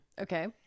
Okay